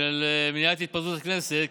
של מניעת התפזרות הכנסת.